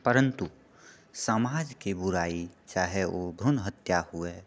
परन्तु समाजके बुराइ चाहे ओ भ्रूण हत्या हुए